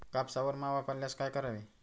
कापसावर मावा पडल्यास काय करावे?